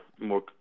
more